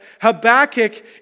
Habakkuk